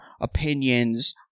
opinions